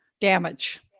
damage